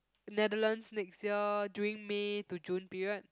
Netherlands next year during May to June period